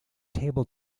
table